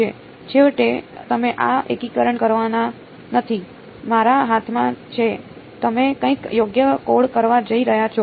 છેવટે તમે આ એકીકરણ કરવાના નથી મારા હાથમાં છે તમે કંઈક યોગ્ય કોડ કરવા જઈ રહ્યા છો